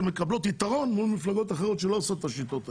מקבלות יתרון מול מפלגות אחרות שלא נוקטות בשיטות האלה.